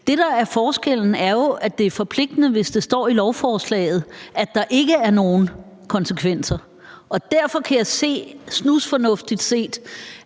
Det, der er forskellen, er jo, at det er forpligtende, hvis det står i lovforslaget, at der ikke er nogen konsekvenser. Derfor kan jeg se, hvis jeg tænker